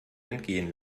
entgehen